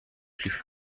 plus